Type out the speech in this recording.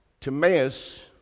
Timaeus